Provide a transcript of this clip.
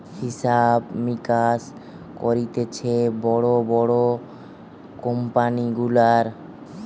হিসাব মিকাস করতিছে বড় বড় কোম্পানি গুলার